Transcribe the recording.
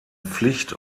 pflicht